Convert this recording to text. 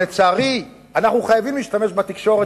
לצערי אנחנו חייבים להשתמש בתקשורת,